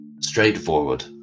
Straightforward